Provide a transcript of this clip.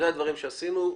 אלה הדברים שעשינו.